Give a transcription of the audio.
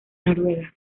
noruega